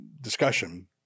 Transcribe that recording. discussion